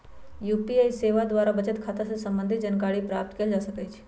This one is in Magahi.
यू.पी.आई सेवा द्वारा बचत खता से संबंधित जानकारी प्राप्त कएल जा सकहइ